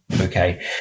Okay